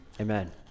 amen